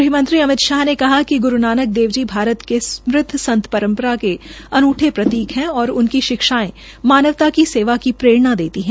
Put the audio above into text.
गृहमंत्री अमित शाह ने कहा कि गुरू नानक देवी जी भारत की समृद्व परम्परा के अनूठे प्रतीक है और उनकी शिक्षायें मानवता की सेवा की प्ररेणा देती है